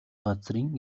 газрын